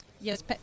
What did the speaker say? Yes